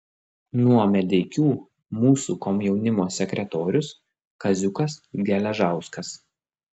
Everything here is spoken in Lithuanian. nuo medeikių mūsų komjaunimo sekretorius kaziukas geležauskas